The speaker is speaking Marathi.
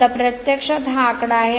आता प्रत्यक्षात हा आकडा आहे